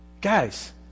Guys